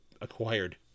acquired